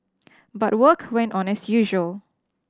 but work went on as usual